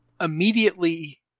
immediately